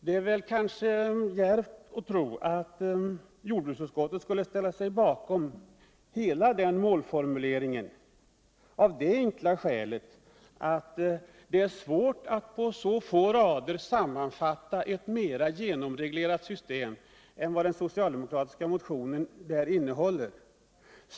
"” Det är kanske djärvt att tro att jordbruksutskottet skulle ställa sig bakom hela denna målformulering av det enkla skälet att det är svårt att på så få rader sammanfatta ett mer genomreglerat system än det motionen beskriver.